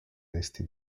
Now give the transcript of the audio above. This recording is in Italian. resti